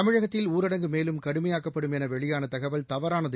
தமிழகத்தில் ஊரடங்கு மேலும் கடுமையாக்கப்படும் என வெளியான தகவல் தவறானது